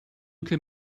can